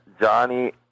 Johnny